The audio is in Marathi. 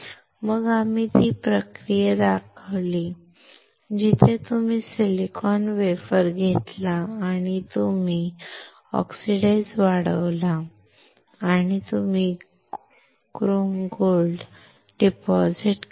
मग आम्ही ती प्रक्रिया पाहिली जिथे तुम्ही सिलिकॉन वेफर घेता आणि तुम्ही ऑक्साईड वाढता आणि तुम्ही क्रोम सोने जमा करता